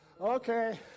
Okay